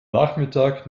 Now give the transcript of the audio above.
nachmittag